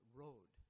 road